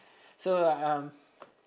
so uh um